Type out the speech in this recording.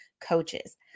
coaches